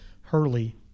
Hurley